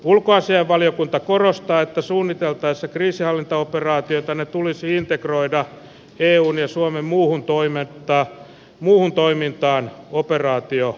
ulkoasianvaliokunta korostaa että suunniteltaessa kriisinhallintaoperaatioita ne tulisi integroida eun ja suomen muuhun toimintaan operaatioalueilla